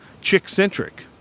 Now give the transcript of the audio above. chick-centric